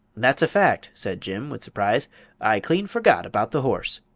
that's a fact, said jim, with surprise i clean forgot about the horse!